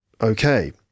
Okay